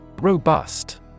Robust